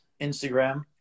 Instagram